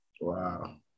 Wow